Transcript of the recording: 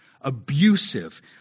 abusive